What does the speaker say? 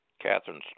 Catherine